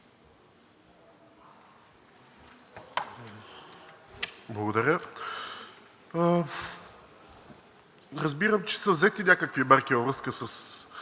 Благодаря. Разбирам, че са взети някакви мерки във връзка с